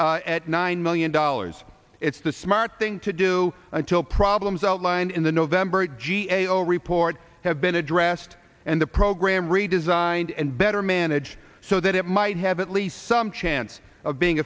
at nine million dollars it's the smart thing to do until problems outlined in the november g a o report have been addressed and the program redesigned and better manage so that it might have at least some chance of being